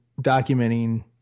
documenting